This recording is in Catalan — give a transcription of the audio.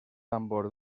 tambor